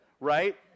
Right